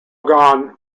gan